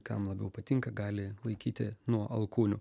kam labiau patinka gali laikyti nuo alkūnių